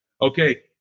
Okay